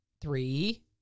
three